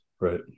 right